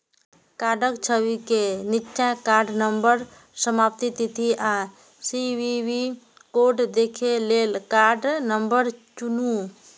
कार्डक छवि के निच्चा कार्ड नंबर, समाप्ति तिथि आ सी.वी.वी कोड देखै लेल कार्ड नंबर चुनू